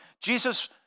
Jesus